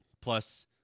plus